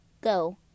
Go